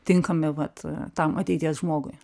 tinkami vat tam ateities žmogui